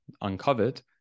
uncovered